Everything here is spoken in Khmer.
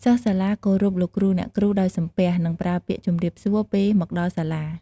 សិស្សសាលាគោរពលោកគ្រូអ្នកគ្រូដោយសំពះ និងប្រើពាក្យជំរាបសួរ ពេលមកដល់សាលា។